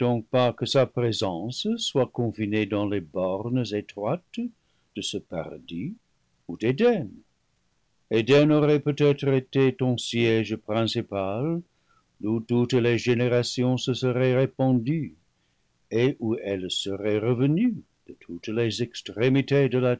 pas que sa présence soit confinée dans les bornes étroites de ce paradis ou d'éden eden aurait peut-être été ton siége principal d'où toutes les générations se seraient répandues et où elles seraient revenues de toutes les extrémités de la